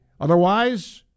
Otherwise